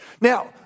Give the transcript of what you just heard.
Now